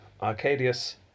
Arcadius